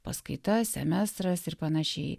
paskaita semestras ir panašiai